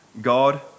God